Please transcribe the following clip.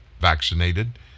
vaccinated